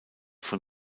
von